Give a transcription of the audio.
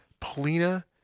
Polina